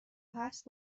هست